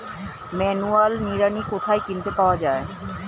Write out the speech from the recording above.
Manual নিড়ানি কোথায় কিনতে পাওয়া যায়?